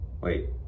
Wait